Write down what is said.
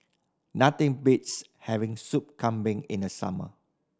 nothing beats having Sup Kambing in the summer